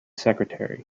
secretary